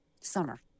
summer